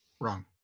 wrong